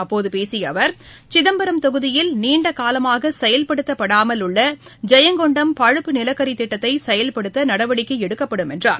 அப்போதுபேசியஅவர் சிதம்பரம் தொகுதியில் நீண்டகாலமாகசெயல்படுத்தப்படாமல் உள்ளஜெயங்கொண்டம் பழுப்பு நிலக்கரிதிட்டத்தைசெயல்படுத்தநடவடிக்கைஎடுக்கப்படும் என்றார்